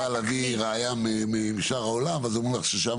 אבל כשאת באה להביא ראיה משאר העולם ואז אומרים לך ששם